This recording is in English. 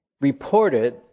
reported